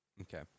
Okay